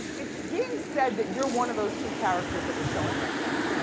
it's being said that you're one of those two characters that we're showing right now.